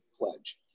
Pledge